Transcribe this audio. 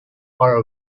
are